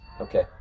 Okay